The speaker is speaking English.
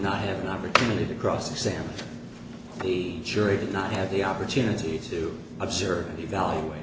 not have an opportunity to cross examine the jury did not have the opportunity to observe and evaluate